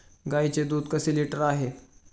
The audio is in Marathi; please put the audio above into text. गाईचे दूध कसे लिटर आहे?